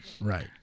right